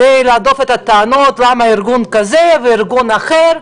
כדי להדוף את הטענות למה ארגון כזה או ארגון אחר.